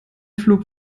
flug